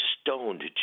stoned